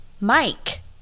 Mike